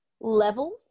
level